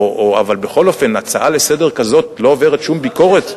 אבל בכל אופן הצעה לסדר-היום כזאת לא עוברת שום ביקורת?